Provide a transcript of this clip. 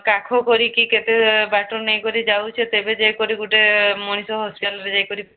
କାଖ କରିକି କେତେ ବାଟ ନେଇକରି ଯାଉଛି ତେବେ ଯାଇକରି ଗୋଟିଏ ମଣିଷ ହସ୍ପିଟାଲ୍ରେ ଯାଇକରି